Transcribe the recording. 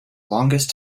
longest